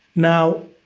now,